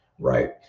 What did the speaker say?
right